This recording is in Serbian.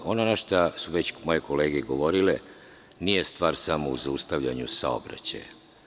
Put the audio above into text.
Ono na šta su već moje kolege ukazivale, nije stvar samo u zaustavljanju saobraćaja.